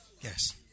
Yes